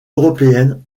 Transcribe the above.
européennes